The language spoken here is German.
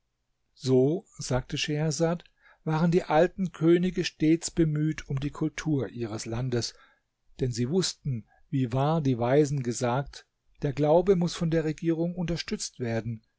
so sagte schehersad waren die alten könige stets bemüht um die kultur ihres landes denn sie wußten wie wahr die weisen gesagt der glaube muß von der regierung unterstützt werden